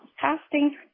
casting